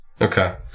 Okay